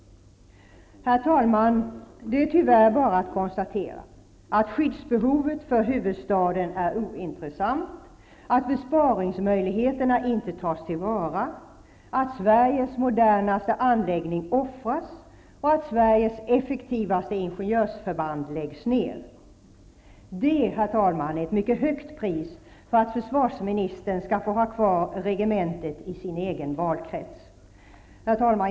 Herr talman! Det är tyvärr bara att konstatera att skyddsbehovet för huvudstaden är ointressant, att besparingsmöjligheterna inte tas till vara, att Sveriges modernaste anläggning offras och att Sveriges effektivaste ingenjörsförband läggs ned. Detta, herr talman, är ett mycket högt pris för att försvarsministern skall få ha kvar regementet i sin egen valkrets. Herr talman!